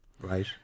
Right